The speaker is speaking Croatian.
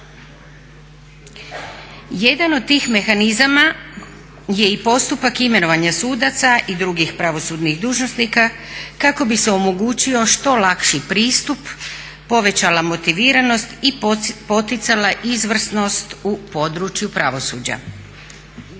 Jedan od tih mehanizama je i postupak imenovanja sudaca i drugih pravosudnih dužnosnika kako bi se omogućio što lakši pristup, povećala motiviranost i poticala izvrsnost u području pravosuđa.